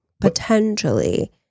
potentially